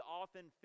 often